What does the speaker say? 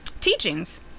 teachings